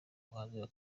umwanzuro